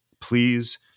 Please